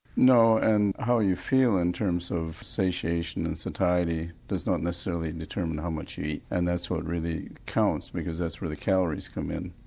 no and how you feel in terms of satiation and satiety does not necessarily determine how much you eat and that's what really counts because that's where the calories come in.